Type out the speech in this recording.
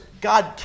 God